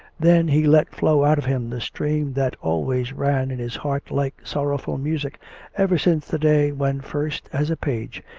then he let flow out of him the stream that always ran in his heart like sorrowful music ever since the day when first, as a page,